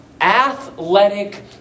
athletic